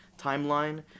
timeline